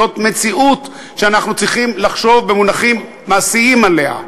זאת מציאות שאנחנו צריכים לחשוב במונחים מעשיים עליה.